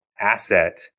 asset